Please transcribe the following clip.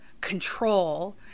control